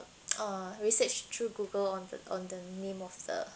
uh research through google on the on the name of the